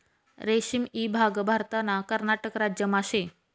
रेशीम ईभाग भारतना कर्नाटक राज्यमा शे